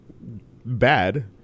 bad